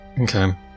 Okay